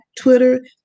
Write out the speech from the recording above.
Twitter